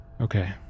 Okay